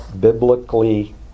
biblically